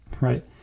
right